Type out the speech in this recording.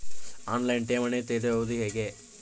On line ಠೇವಣಿ ತೆರೆಯುವುದು ಹೇಗೆ?